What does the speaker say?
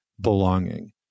belonging